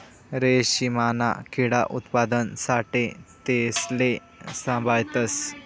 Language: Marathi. रेशीमना किडा उत्पादना साठे तेसले साभाळतस